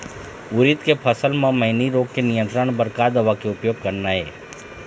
उरीद के फसल म मैनी रोग के नियंत्रण बर का दवा के उपयोग करना ये?